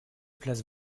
places